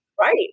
right